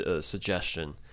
suggestion